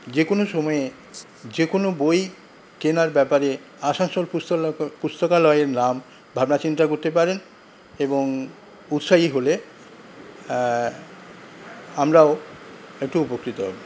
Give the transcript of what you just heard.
যে কোন সময়ে যেকোনো বই কেনার ব্যাপারে আসানসোল পুস্তকালক পুস্তকালয়ের নাম ভাবনাচিন্তা করতে পারেন এবং উৎসাহী হলে আমরাও একটু উপকৃত হব